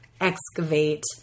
excavate